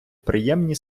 приємні